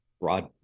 broad